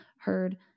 heard